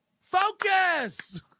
Focus